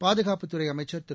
பாதுகாப்புத் துறை அமைச்சர் திரு